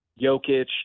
Jokic